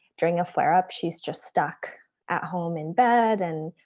during a flare up, she's just stuck at home in bed. and,